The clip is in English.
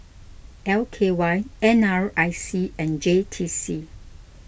L K Y N R I C and J T C